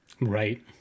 Right